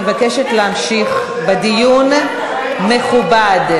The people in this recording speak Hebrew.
אני מבקשת להמשיך בדיון מכובד.